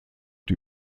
die